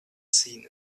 seen